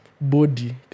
body